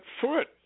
foot